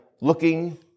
looking